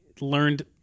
learned